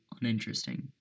uninteresting